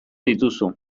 dituzu